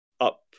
up